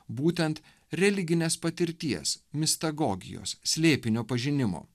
būtent religinės patirties mistagogijos slėpinio pažinimo